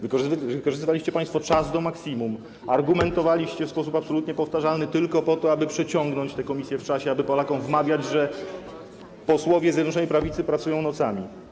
Wykorzystywaliście państwo czas do maksimum, argumentowaliście w sposób absolutnie powtarzalny tylko po to, by przeciągnąć prace komisji w czasie, aby Polakom wmawiać, że posłowie Zjednoczonej Prawicy pracują nocami.